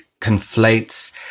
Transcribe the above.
conflates